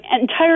entire